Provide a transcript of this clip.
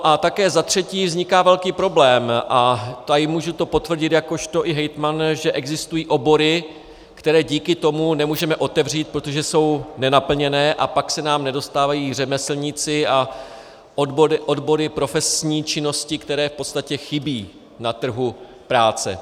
A také za třetí vzniká velký problém, tady to můžu potvrdit jakožto i hejtman, že existují obory, které díky tomu nemůžeme otevřít, protože jsou nenaplněné, a pak se nám nedostávají řemeslníci a odbory profesní činnosti, které v podstatě chybí na trhu práce.